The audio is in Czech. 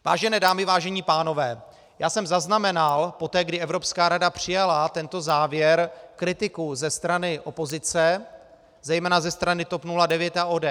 Vážené dámy, vážení pánové, já jsem zaznamenal poté, kdy Evropská rada přijala tento závěr, kritiku ze strany opozice, zejména ze strany TOP 09 a ODS.